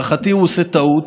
במשרד החינוך?